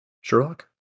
Sherlock